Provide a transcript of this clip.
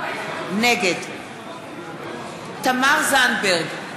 נגד תמר זנדברג,